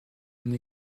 une